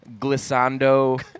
glissando